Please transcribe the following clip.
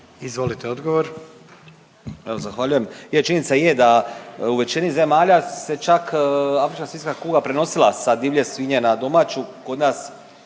suverenisti)** Evo zahvaljujem. Je činjenica je da u većini zemalja se čak afrička svinjska kuga prenosila sa divlje svinje na domaću.